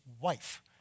wife